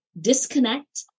disconnect